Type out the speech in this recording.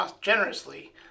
generously